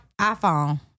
iPhone